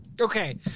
Okay